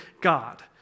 God